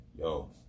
yo